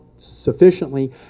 sufficiently